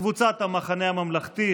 קבוצת סיעת המחנה הממלכתי,